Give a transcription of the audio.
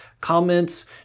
comments